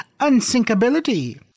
unsinkability